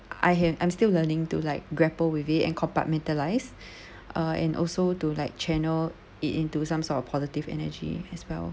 I have I'm still learning to like grapple with it and compartmentalise uh and also to like channel it into some sort of positive energy as well